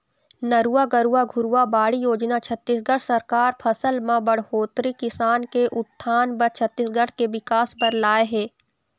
नरूवा, गरूवा, घुरूवा, बाड़ी योजना छत्तीसगढ़ सरकार फसल म बड़होत्तरी, किसान के उत्थान बर, छत्तीसगढ़ के बिकास बर लाए हे